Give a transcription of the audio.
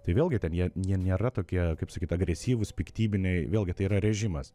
tai vėlgi ten jie jie nėra tokie kaip sakyt agresyvūs piktybiniai vėlgi tai yra režimas